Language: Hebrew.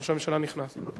ראש הממשלה נכנס.